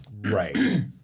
Right